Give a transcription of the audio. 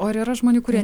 o ar yra žmonių kurie